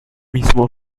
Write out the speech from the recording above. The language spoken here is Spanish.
asimismo